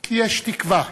כי יש תקוה",